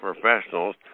professionals